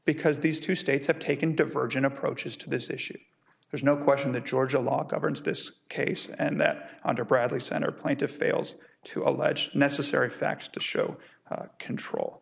because these two states have taken divergent approaches to this issue there's no question that georgia law governs this case and that under bradley center plaintiff fails to allege necessary facts to show control